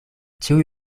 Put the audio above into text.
ĉiuj